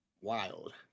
wild